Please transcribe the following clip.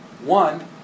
One